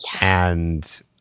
and-